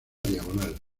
diagonal